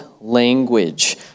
language